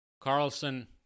Carlson